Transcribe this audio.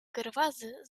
gerwazy